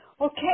okay